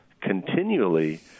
continually